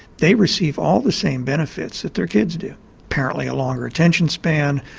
they receive all the same benefits that their kids do apparently a longer attention span,